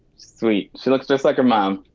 sweet, she looks just like her mom.